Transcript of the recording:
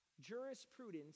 jurisprudence